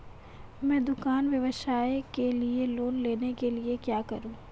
मैं दुकान व्यवसाय के लिए लोंन लेने के लिए क्या करूं?